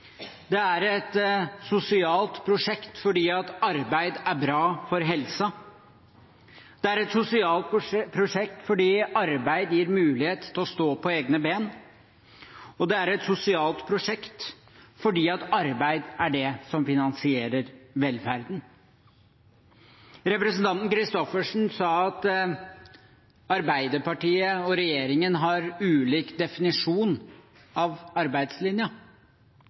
Det er et sosialt prosjekt fordi arbeid er bra for helsen. Det er et sosialt prosjekt fordi arbeid gir mulighet til å stå på egne ben. Og det er et sosialt prosjekt fordi arbeid er det som finansierer velferden. Representanten Christoffersen sa at Arbeiderpartiet og regjeringen har ulik definisjon av